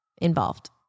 involved